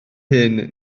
hun